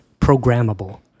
programmable